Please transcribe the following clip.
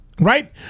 Right